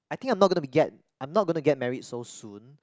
I think I'm not gonna be get I'm not gonna married so soon